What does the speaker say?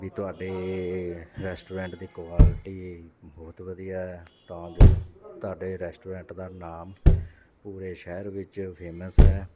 ਵੀ ਤੁਹਾਡੇ ਰੈਸਟੋਰੈਂਟ ਦੀ ਕੁਆਲਿਟੀ ਬਹੁਤ ਵਧੀਆ ਤਾਂ ਜੋ ਤੁਹਾਡੇ ਰੈਸਟੋਰੈਂਟ ਦਾ ਨਾਮ ਪੂਰੇ ਸ਼ਹਿਰ ਵਿੱਚ ਫੇਮਸ ਹੈ